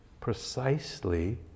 precisely